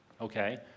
okay